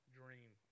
dream